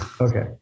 okay